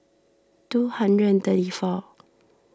two hundred and thirty four